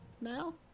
now